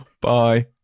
bye